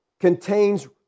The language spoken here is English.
contains